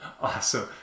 awesome